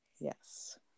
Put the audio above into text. Yes